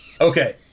okay